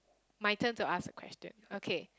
my turn to ask a question okay